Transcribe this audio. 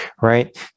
right